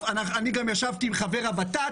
עם חבר ה-ות"ת,